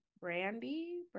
Brandy